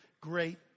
great